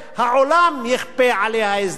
העולם יכפה עליה הסדר.